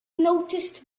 noticed